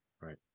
Right